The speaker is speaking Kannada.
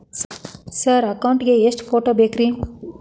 ಸರ್ ಅಕೌಂಟ್ ಗೇ ಎಷ್ಟು ಫೋಟೋ ಬೇಕ್ರಿ?